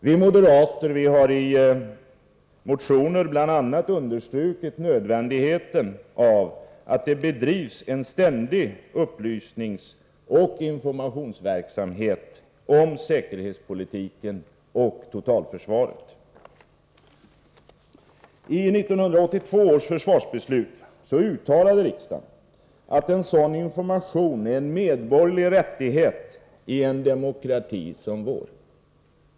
Vi moderater har i motioner bl.a. understrukit nödvändigheten av att det bedrivs en ständig upplysningsoch informationsverksamhet om säkerhets politiken och totalförsvaret. I 1982 års försvarsbeslut uttalade riksdagen att en sådan information är en medborgerlig rättighet i en demokrati som vår.